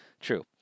True